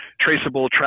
traceable